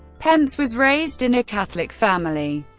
pence was raised in a catholic family,